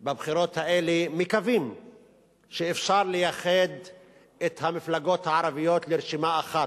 מקווים שבבחירות האלה אפשר יהיה לאחד את המפלגות הערביות לרשימה אחת,